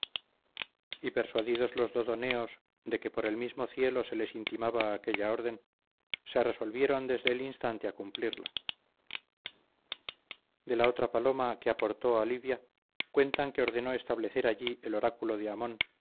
y persuadidos los dodoneos de que por el mismo cielo se les intimaba aquella orden se resolvieron desde el instante a cumplirla de la otra paloma que aportó a libia cuentan que ordenó establecer allí el oráculo de amon